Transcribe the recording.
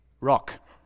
rock